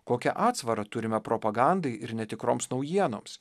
kokią atsvarą turime propagandai ir netikroms naujienoms